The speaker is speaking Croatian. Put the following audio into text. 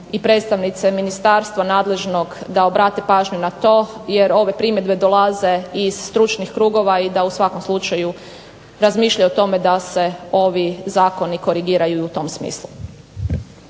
i predstavnice ministarstva nadležnog da obrate pažnju na to jer ove primjedbe dolaze iz stručnih krugova i da u svakom slučaju razmišlja o tome da se ovi zakoni korigiraju i u tom smislu.